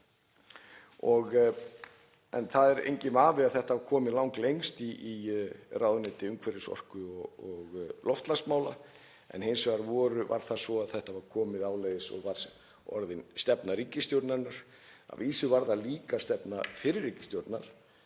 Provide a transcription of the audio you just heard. Það er enginn vafi að þetta var komið langlengst í ráðuneyti umhverfis-, orku- og loftslagsmála. Hins vegar var það svo að þetta var komið áleiðis og var orðin stefna ríkisstjórnarinnar. Að vísu var það líka stefna fyrri ríkisstjórnar